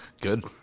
good